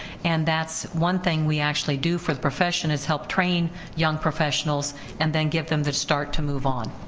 and that's one thing we actually do for the profession, is help train young professionals and then give them the start to move on.